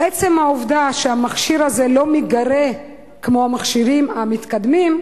עצם העובדה שהמכשיר הזה לא מגרה כמו המכשירים המתקדמים,